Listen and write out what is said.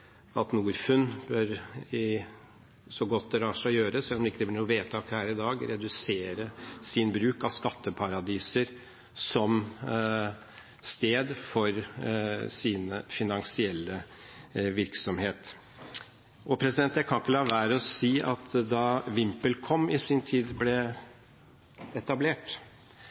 at Norfund så godt det lar seg gjøre, selv om det ikke blir noe vedtak her i dag, vil redusere sin bruk av skatteparadiser som sted for sin finansielle virksomhet. Jeg kan ikke la være å si at da VimpelCom i sin tid ble etablert,